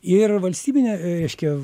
ir valstybinė reiškia